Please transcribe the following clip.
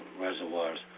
reservoirs